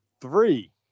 three